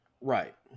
Right